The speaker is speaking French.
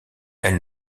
elle